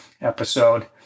episode